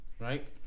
Right